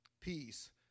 Peace